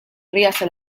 ríase